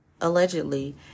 allegedly